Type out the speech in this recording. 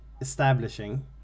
establishing